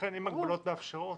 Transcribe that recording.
לכן אם ההגבלות מאפשרות,